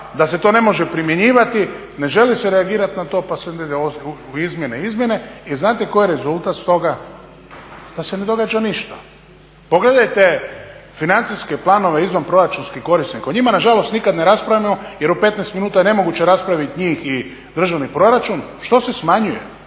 da se to ne može primjenjivati, ne želi se reagirati na to pa se onda ide u izmjene, izmjene. I znate koji je rezultat toga? Da se ne događa ništa. Pogledajte financijske planove izvanproračunskih korisnika, o njima nažalost nikada ne raspravljamo jer u 15 minuta je nemoguće raspraviti njih i državni proračun. Što se smanjuje?